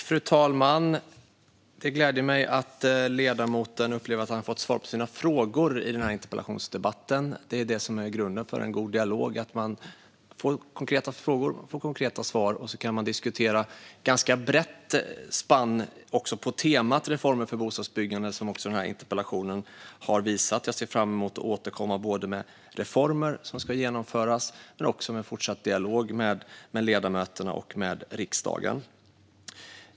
Fru talman! Det gläder mig att ledamoten upplever att han har fått svar på sina frågor i den här interpellationsdebatten. Grunden för en god dialog är att konkreta frågor får konkreta svar och att man kan diskutera över ett ganska brett spann till exempel på temat reformer för bostadsbyggande, som den här interpellationen har visat. Jag ser fram emot att återkomma med reformer som ska genomföras och att ha fortsatt dialog med ledamöterna i riksdagen.